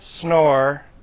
snore